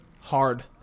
hard